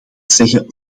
zeggen